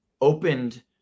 opened